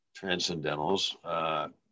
transcendentals